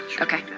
Okay